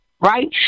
right